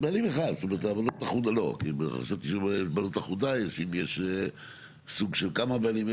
בעלים אחד --- אחוד או לא חשבתי בעלות אחודה שאם יש סוג של כמה בעלים.